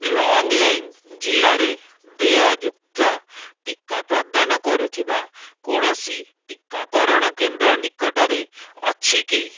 ଲୋଙ୍ଗ୍ଲେଙ୍ଗ୍ ଜିଲ୍ଲାରେ ଦେୟଯୁକ୍ତ ଟିକା ପ୍ରଦାନ କରୁଥିବା କୌଣସି ଟିକାକରଣ କେନ୍ଦ୍ର ନିକଟରେ ଅଛି କି